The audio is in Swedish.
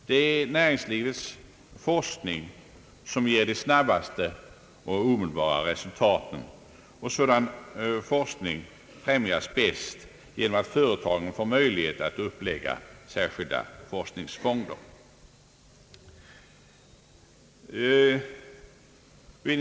Det är näringslivets forskning som ger de snabbaste och omedelbara resultaten, och sådan forskning främjas bäst genom att företagen får möjlighet att upplägga särskilda forskningsfonder.